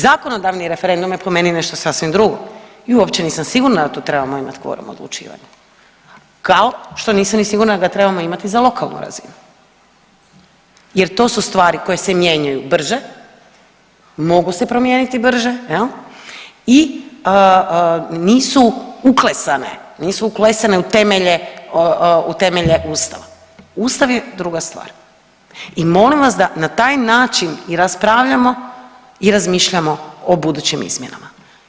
Zakonodavni referendum je po meni nešto sasvim drugo i uopće nisam sigurna da tu trebamo imati kvorum odlučivanja kao što nisam ni sigurna da trebamo imati za lokalnu razinu jer to su stvari koje se mijenjaju brže, mogu se promijeniti brže jel i nisu uklesane, nisu uklesane u temelje, u temelje Ustava, Ustav je druga stvar i molim vas da na taj način i raspravljamo i razmišljamo o budućim izmjenama.